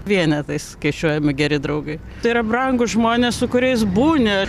vienetais skaičiuojami geri draugai tai yra brangūs žmonės su kuriais būni